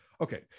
Okay